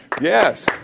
Yes